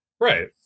Right